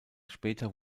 später